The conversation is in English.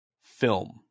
film